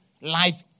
life